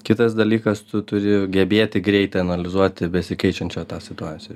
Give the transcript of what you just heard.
kitas dalykas tu turi gebėti greitai analizuoti besikeičiančią situaciją